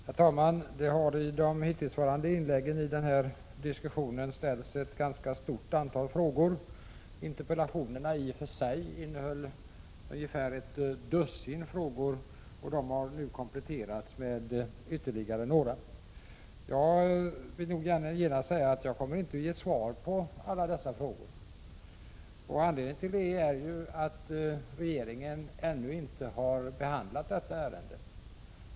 Herr talman! Det har i de hittillsvarande inläggen i den här diskussionen ställts ett ganska stort antal frågor. Interpellationerna innehöll ungefär ett dussin frågor, och de har nu kompletterats med ytterligare några. Jag vill genast säga att jag inte kommer att ge svar på alla dessa frågor. Anledningen till det är att regeringen ännu inte har behandlat detta ärende.